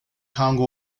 congo